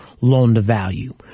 loan-to-value